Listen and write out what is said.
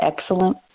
excellent